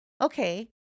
okay